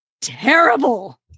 terrible